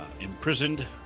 imprisoned